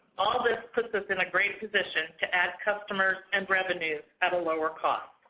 all this puts us in a great position to add customers and revenues at a lower cost.